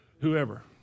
whoever